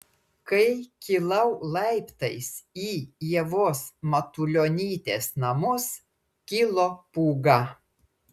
kai kilau laiptais į ievos matulionytės namus kilo pūga